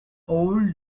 old